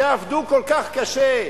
שעבדו כל כך קשה,